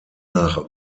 nach